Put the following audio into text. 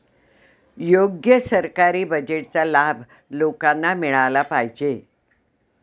योग्य सरकारी बजेटचा लाभ लोकांना मिळाला पाहिजे